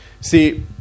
See